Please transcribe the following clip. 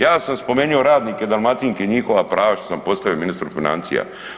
Ja sam spomenuo radnike Dalmatinske i njihova prava što sam postavio ministru financija.